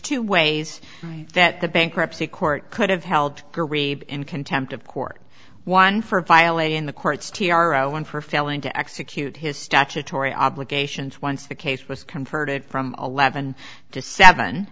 two ways that the bankruptcy court could have held in contempt of court one for violating the court's t r o one for failing to execute his statutory obligations once the case was converted from eleven to seven